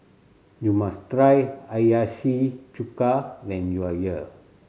you must try Hiyashi Chuka when you are here